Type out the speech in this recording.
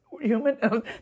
human